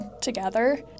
together